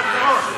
גברתי היושבת-ראש,